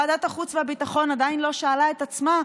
ועדת החוץ והביטחון עדיין לא שאלה את עצמה,